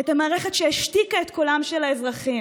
את המערכת שהשתיקה את קולם של האזרחים,